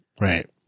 Right